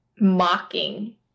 mocking